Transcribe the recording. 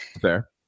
Fair